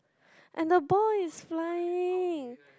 and the boy is flying